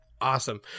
Awesome